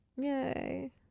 yay